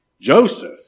Joseph